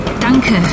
Danke